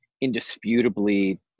indisputably